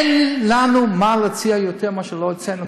אין לנו מה להציע יותר ממה שכבר הצענו.